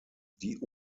die